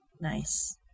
Nice